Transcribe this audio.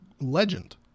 legend